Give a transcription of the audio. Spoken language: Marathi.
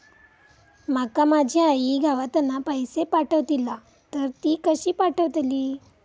माका माझी आई गावातना पैसे पाठवतीला तर ती कशी पाठवतली?